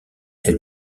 elle